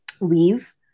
weave